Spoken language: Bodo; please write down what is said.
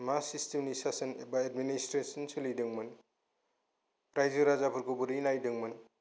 मा सिसटेमनि सासन एबा एदमिनिसट्रेसन सोलिदोंमोन रायजो राजाफोरखौ बोरै नायदोंमोन